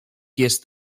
jest